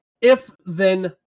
if-then